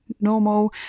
normal